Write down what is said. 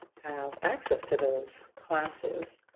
have access to those classes,